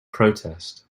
protest